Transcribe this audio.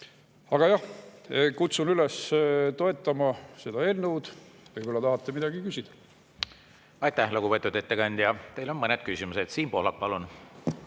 Aga jah, kutsun üles toetama seda eelnõu. Võib-olla tahate midagi küsida. Aitäh, lugupeetud ettekandja! Teile on mõned küsimused. Siim Pohlak, palun!